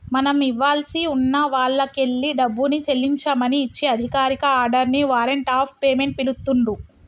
మనం ఇవ్వాల్సి ఉన్న వాల్లకెల్లి డబ్బుని చెల్లించమని ఇచ్చే అధికారిక ఆర్డర్ ని వారెంట్ ఆఫ్ పేమెంట్ పిలుత్తున్రు